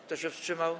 Kto się wstrzymał?